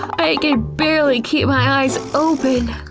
i can barely keep my eyes open!